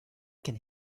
can